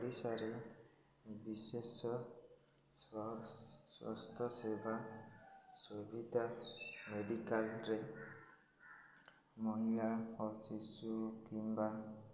ଓଡ଼ିଶାରେ ବିଶେଷ ସ୍ୱା ସ୍ୱାସ୍ଥ୍ୟ ସେବା ସୁବିଧା ମେଡ଼ିକାଲରେ ମହିଳା ଓ ଶିଶୁ କିମ୍ବା